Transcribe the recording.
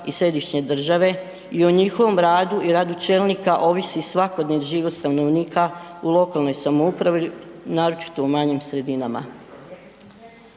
i središnje države i o njihovom radu i radu čelnika ovisi svakodnevni život stanovnika u lokalnoj samoupravi naročito u manjim sredinama.